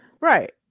Right